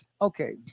Okay